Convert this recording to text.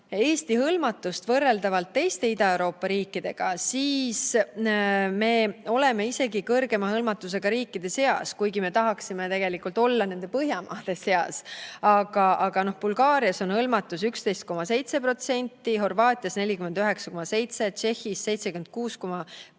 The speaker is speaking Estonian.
Eesti hõlmatust võrreldes teiste Ida-Euroopa riikidega, siis oleme isegi suurema hõlmatusega riikide seas, kuigi me tegelikult tahaksime olla Põhjamaade seas. Bulgaarias on hõlmatus 11,7%, Horvaatias 49,7%, Tšehhis 76,8%,